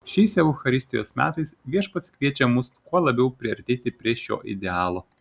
šiais eucharistijos metais viešpats kviečia mus kuo labiau priartėti prie šio idealo